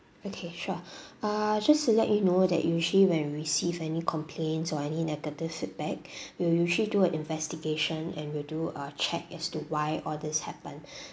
okay sure ah just to let you know that usually when we receive any complaints or any negative feedback we will usually do a investigation and will do a check as to why all these happened